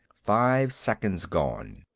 five seconds gone.